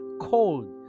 cold